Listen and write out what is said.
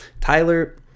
Tyler